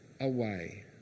away